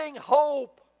hope